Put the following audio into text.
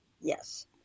Yes